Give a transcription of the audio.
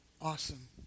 Awesome